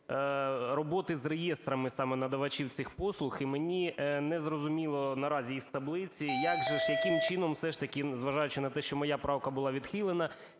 роботи з реєстрами саме надавачів цих послуг. І мені не зрозуміло наразі з таблиці, як же, яким чином все ж таки, зважаючи на те, що моя правка була відхилена,